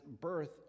birth